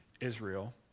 Israel